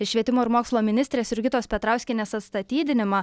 švietimo ir mokslo ministrės jurgitos petrauskienės atstatydinimą